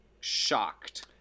Shocked